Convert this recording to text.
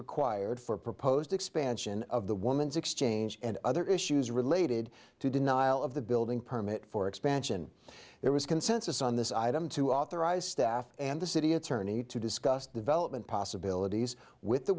required for proposed expansion of the woman's exchange and other issues related to denial of the building permit for expansion there was consensus on this item to authorize staff and the city attorney to discuss development possibilities with the